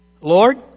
Lord